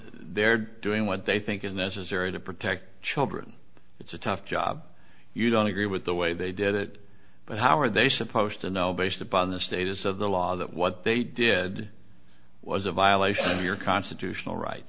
they're doing what they think is necessary to protect children it's a tough job you don't agree with the way they did it but how are they should post and now based upon the status of the law that what they did was a violation of your constitutional right